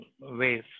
ways